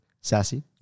sassy